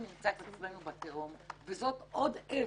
אנחנו נמצא את עצמנו בתהום, וזאת עוד אבן,